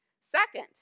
Second